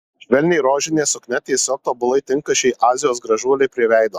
švelniai rožinė suknia tiesiog tobulai tinka šiai azijos gražuolei prie veido